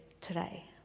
today